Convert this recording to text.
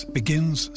begins